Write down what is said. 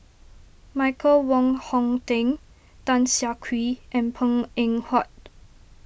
Michael Wong Hong Teng Tan Siah Kwee and Png Eng Huat